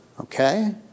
Okay